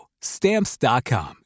Stamps.com